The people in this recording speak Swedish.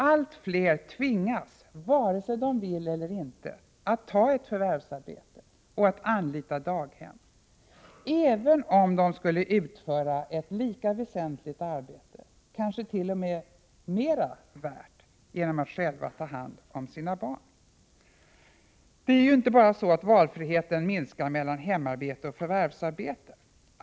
Allt fler tvingas, vare sig de vill eller inte, att ta ett förvärvsarbete och att anlita daghem, även om de skulle utföra ett lika väsentligt arbete, kanske t.o.m. mer värt, genom att själva ta hand om sina barn. Det är inte bara så att valfriheten minskar mellan hemarbete och förvärvsarbete.